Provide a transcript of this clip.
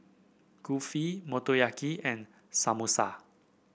Kulfi Motoyaki and Samosa